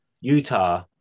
utah